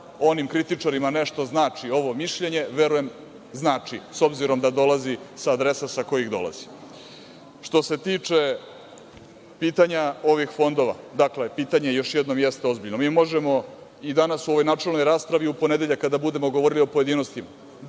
onim kritičarima, nešto znači ovo mišljenje, verujem znači, s obzirom da dolazi sa adresa sa kojih dolazi. Što se tiče pitanja ovih fondova, dakle, pitanje još jednom, jeste ozbiljno. Mi možemo i danas u ovoj načelnoj raspravi i u ponedeljak kada budemo govorili u pojedinostima